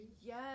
Yes